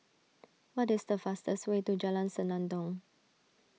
what is the fastest way to Jalan Senandong